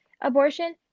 abortion